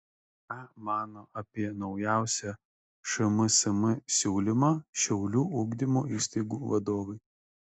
ką mano apie naujausią šmsm siūlymą šiaulių ugdymo įstaigų vadovai